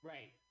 Right